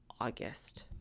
August